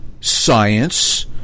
science